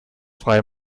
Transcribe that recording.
freie